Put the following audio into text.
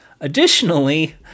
Additionally